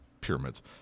pyramids